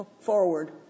forward